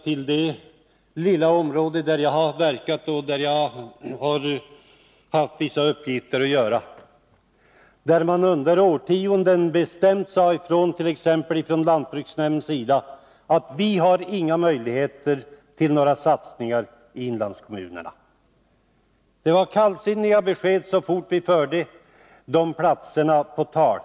I det lilla område där jag har verkat sade man under årtionden bestämt ifrån, t.ex. från lantbruksstyrelsens sida, att man inte hade några möjligheter att satsa på inlandskommunerna. Det var kallsinniga besked så fort inlandskommunerna fördes på tal.